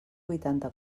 vuitanta